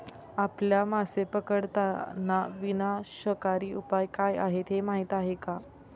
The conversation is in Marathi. आपल्या मासे पकडताना विनाशकारी उपाय काय आहेत हे माहीत आहे का?